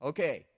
Okay